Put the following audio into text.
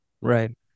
Right